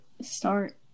start